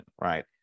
right